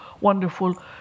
wonderful